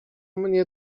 mnie